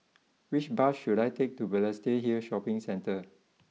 which bus should I take to Balestier Hill Shopping Centre